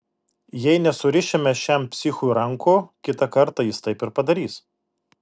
jei nesurišime šiam psichui rankų kitą kartą jis taip ir padarys